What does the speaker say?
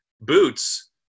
boots